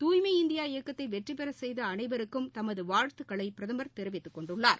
தூய்மை இந்தியா இயக்கத்தைவெற்றிபெறசெய்தஅனைவருக்கும் தமதுவாழ்த்துகளைபிரதமர் தெரிவித்துக் கொண்டுள்ளார்